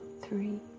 three